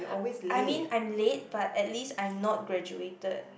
I mean I'm late but at least I'm not graduated